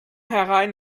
herein